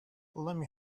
lemme